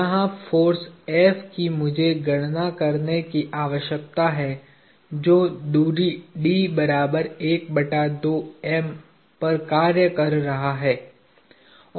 यहाँ force F की मुझे गणना करने की आवश्यकता है जो दूरी पर कार्य कर रहा है